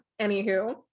Anywho